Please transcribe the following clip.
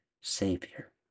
Savior